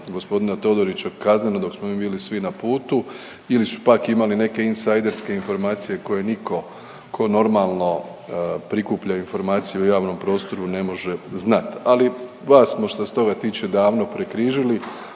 gospodina Todorića kazneno dok smo mi bili svi na putu ili su pak imali nekakve insajderske informacije koje nitko tko normalno prikuplja informacije u javnom prostoru ne može znati. Ali vas smo što se toga tiče davno prekrižili,